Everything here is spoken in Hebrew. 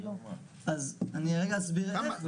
אז אני רגע אסביר איך,